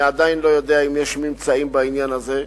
אני עדיין לא יודע אם יש ממצאים בעניין הזה,